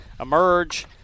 Emerge